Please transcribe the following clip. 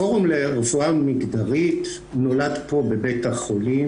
הפורום לרפואה מגדרית נולד פה בבית החולים.